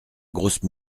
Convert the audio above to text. grosse